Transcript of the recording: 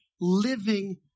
living